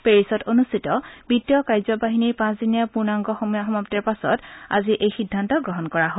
পেৰিছত অনুষ্ঠিত বিত্তীয় কাৰ্যবাহিনীৰ পাঁচদিনীয়া পূৰ্ণাঙ্গ সমাপ্তিৰ পাছত আজি এই সিদ্ধান্ত গ্ৰহণ কৰা হয়